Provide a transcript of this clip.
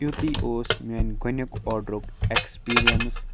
یُتُے اوس میٛانہِ گۄڈٕنیُک آڈرُک اٮ۪کسپیٖریَنٕس